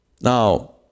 now